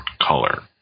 color